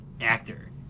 actor